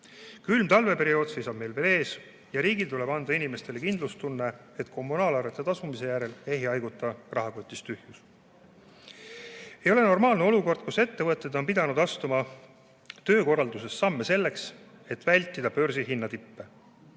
Külm talveperiood seisab meil veel ees ja riigil tuleb anda inimestele kindlustunne, et kommunaalarvete tasumise järel ei haiguta rahakotis tühjus. Ei ole normaalne olukord, kus ettevõtted on pidanud astuma töökorralduses samme selleks, et vältida börsihinna tippe.